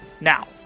Now